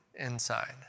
inside